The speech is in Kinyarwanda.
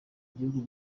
gihugu